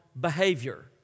behavior